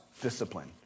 discipline